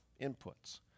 inputs